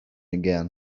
again